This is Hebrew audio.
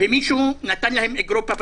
ומישהו נתן להם אגרוף בפנים.